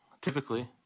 typically